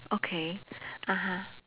okay (uh huh)